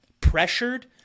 Pressured